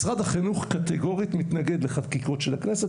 משרד החינוך קטגורית מתנגד לחקיקות של הכנסת.